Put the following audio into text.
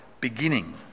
beginning